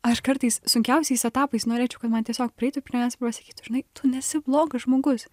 aš kartais sunkiausiais etapais norėčiau kad man tiesiog praeitų prie manęs ir pasakytų žinai tu nesi blogas žmogus